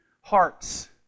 hearts